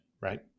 right